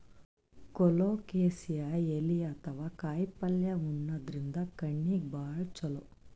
colocasia ಎಲಿ ಅಥವಾ ಕಾಯಿಪಲ್ಯ ಉಣಾದ್ರಿನ್ದ ಕಣ್ಣಿಗ್ ಭಾಳ್ ಛಲೋ